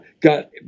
got